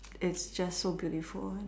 its just so beautiful and